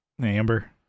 Amber